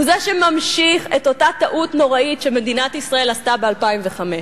הוא זה שממשיך את אותה טעות נוראית שמדינת ישראל עשתה ב-2005.